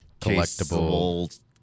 collectible